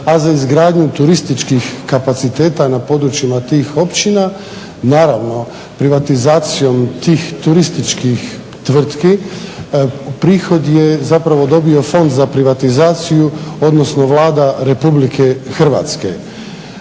a za izgradnju turističkih kapaciteta na područjima tih općina. Naravno privatizacijom tih turističkih tvrtki prihod je zapravo dobio Fond za privatizaciju, odnosno Vlada Republike Hrvatske.